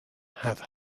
have